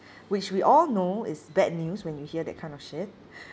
which we all know is bad news when you hear that kind of shit